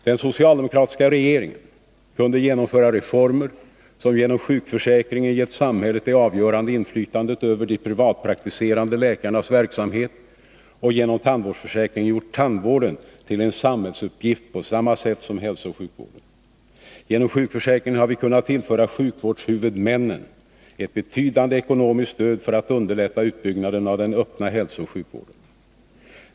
Den socialdemokratiska regeringen kunde genomföra reformer som genom sjukförsäkringen gett samhället det avgörande inflytandet över de privatpraktiserande läkarnas verksamhet och genom tandvårdsförsäkringen gjort tandvården till en samhällsuppgift på samma sätt som hälsooch sjukvården. Genom sjukförsäkringen har vi kunnat tillföra sjukvårdshuvudmännen ett betydande ekonomiskt stöd för att underlätta utbyggnaden av den öppna hälsooch sjukvården.